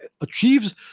achieves